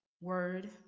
word